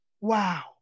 Wow